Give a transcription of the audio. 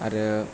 आरो